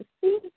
See